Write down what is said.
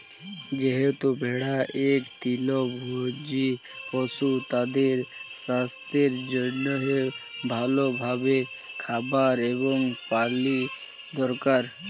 যেহেতু ভেড়া ইক তৃলভজী পশু, তাদের সাস্থের জনহে ভাল ভাবে খাবার এবং পালি দরকার